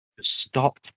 Stop